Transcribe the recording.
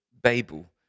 Babel